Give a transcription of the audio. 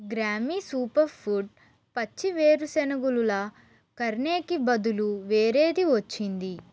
గ్రామి super food పచ్చి వేరుశనగులులా కర్ణేకి బదులు వేరేది వచ్చింది